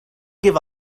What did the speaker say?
give